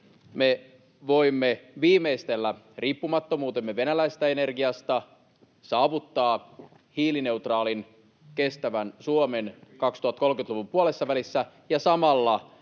me voimme viimeistellä riippumattomuutemme venäläisestä energiasta, saavuttaa hiilineutraalin, kestävän Suomen 2030-luvun puolessavälissä ja samalla